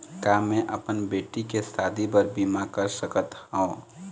का मैं अपन बेटी के शादी बर बीमा कर सकत हव?